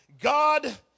God